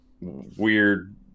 weird